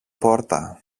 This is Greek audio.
πόρτα